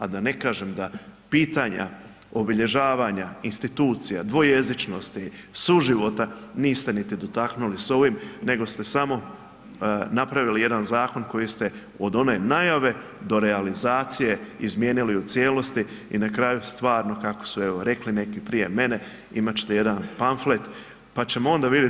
A da ne kažem da pitanja obilježavanja institucija, dvojezičnosti, suživota niste niti dotaknuli s ovim nego ste samo napravili jedan zakon koji ste od one najave do realizacije izmijenili u cijelosti i na kraju stvarno kako su evo rekli neki prije mene, imat ćete jedan pamflet pa ćemo onda vidjet.